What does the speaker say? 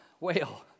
whale